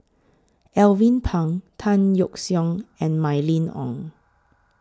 Alvin Pang Tan Yeok Seong and Mylene Ong